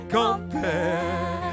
compare